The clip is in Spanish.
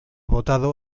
votado